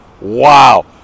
Wow